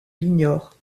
l’ignore